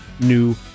new